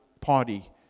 party